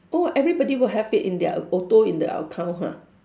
oh everybody will have it in their auto in their account ha